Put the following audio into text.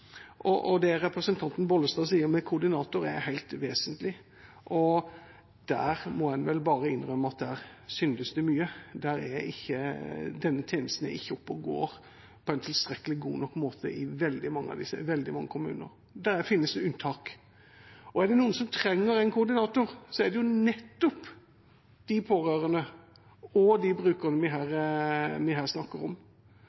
og det representanten Bollestad sier om koordinator, er helt vesentlig. En må vel bare innrømme at der syndes det mye. Denne tjenesten er ikke oppe og går på en tilstrekkelig god måte i veldig mange kommuner, men det finnes jo unntak. Er det noen som trenger en koordinator, så er det jo nettopp de pårørende og de brukerne vi her snakker om.